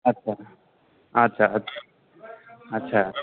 अच्छा अच्छा अच्छा